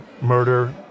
murder